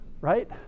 Right